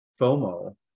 FOMO